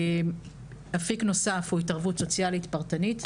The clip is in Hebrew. אפיק נוסף הוא התערבות סוציאלית פרטנית,